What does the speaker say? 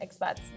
expats